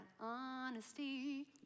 Honesty